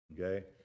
okay